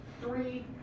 three